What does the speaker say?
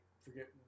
forget